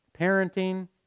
parenting